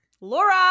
Laura